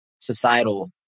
societal